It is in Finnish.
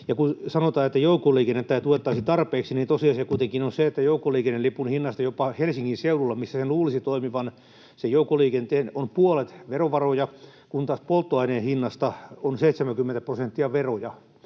kun sanotaan, että joukkoliikennettä ei tuettaisi tarpeeksi, niin tosiasia kuitenkin on se, että joukkoliikennelipun hinnasta jopa Helsingin seudulla, missä sen joukkoliikenteen luulisi toimivan, on puolet verovaroja, kun taas polttoaineen hinnasta on 70 prosenttia veroja.